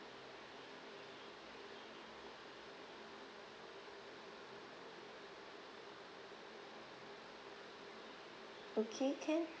okay can